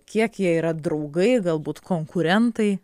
kiek jie yra draugai galbūt konkurentai